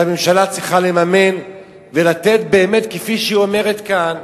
שהממשלה צריכה לממן ולתת באמת כפי שהיא אומרת כאן.